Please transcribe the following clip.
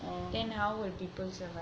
then how will people survive